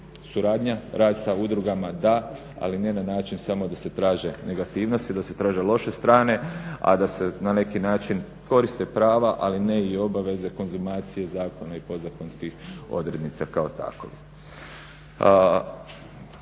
Suradnja, rad sa udrugama da, ali ne na način samo da se traže negativnosti, da se traže loše strane, a da se na neki način koriste prava ali ne i obaveze konzumacije zakona i podzakonskih odrednica kao takvih.